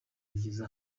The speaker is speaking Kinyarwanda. bigeze